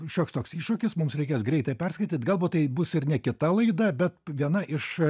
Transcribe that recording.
šioks toks iššūkis mums reikės greitai perskaityt galbūt tai bus ir ne kita laida bet viena iš